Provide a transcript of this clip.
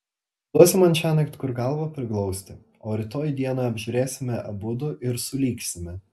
duosi man šiąnakt kur galvą priglausti o rytoj dieną apžiūrėsime abudu ir sulygsime